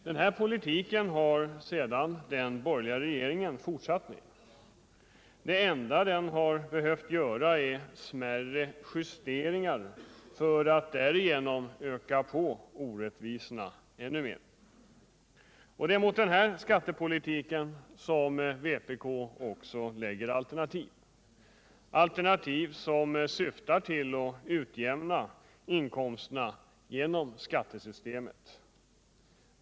Denna politik har sedan den borgerliga regeringen fortsatt med. Det enda den har behövt "göra är ”smärre” justeringar för att därigenom öka orättvisorna ännu mer. Det är mot denna skattepolitik som vpk lägger fram alternativ — alternativ som syftar till att utjämna inkomsterna genom skattesystemet.